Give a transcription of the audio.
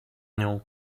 nią